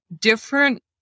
different